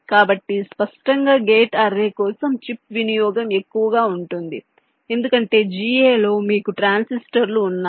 కాబట్టి స్పష్టంగా gate array కోసం చిప్ వినియోగం ఎక్కువగా ఉంటుంది ఎందుకంటే GA లో మీకు ట్రాన్సిస్టర్లు ఉన్నాయి